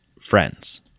friends